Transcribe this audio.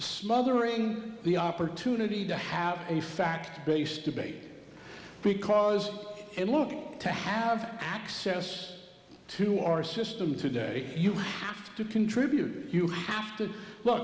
smothering the opportunity to have a fact based debate because they look to have access to our system today you have to contribute you